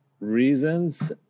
reasons